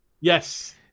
Yes